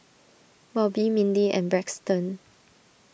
Bobbi Mindi and Braxton